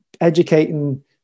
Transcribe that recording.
educating